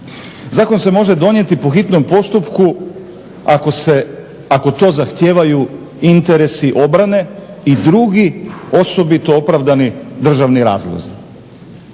Zakon se može donijeti po hitnom postupku ako to zahtijevaju interesi obrane i drugi osobito opravdani državni razlozi.